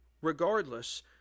regardless